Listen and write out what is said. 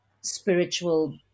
spiritual